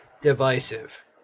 divisive